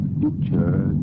future